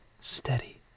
steady